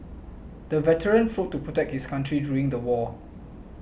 the veteran fought to protect his country during the war